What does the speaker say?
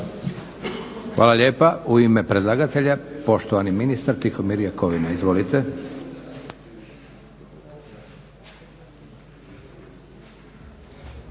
Hvala lijepa. Odgovor na repliku, poštovani ministar Tihomir Jakovina. Izvolite.